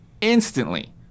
instantly